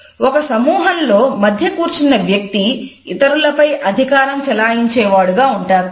ఒక సమూహములో మధ్య కూర్చున్న వ్యక్తి ఇతరులపై అధికారం చలాయించే వాడుగా ఉంటాడు